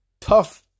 tough